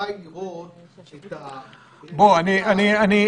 ראינו את התחקיר ב"ידיעות אחרונות" לגבי המשמעות של הכלי שיש לשב"כ.